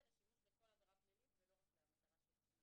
לשימוש לכל עבירה פלילית ולא רק למטרה שלשמה